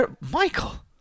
Michael